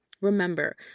Remember